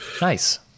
Nice